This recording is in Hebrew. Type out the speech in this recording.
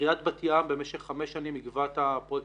עיריית בת ים במשך חמש שנים עיכבה את הפרויקט